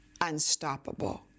unstoppable